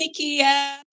Nikia